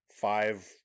five